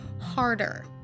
harder